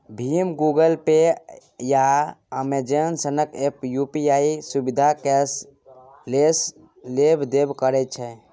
भीम, Google Pay, आ Amazon सनक app UPI सुविधासँ कैशलेस लेब देब करबै छै